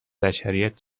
بشریت